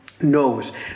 Knows